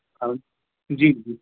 हाँ जी जी